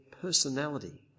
personality